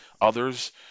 others